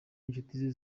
inshuti